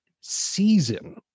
season